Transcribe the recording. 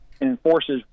enforces